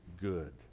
good